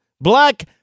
black